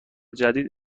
جدید